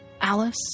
Alice